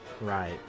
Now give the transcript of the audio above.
right